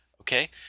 okay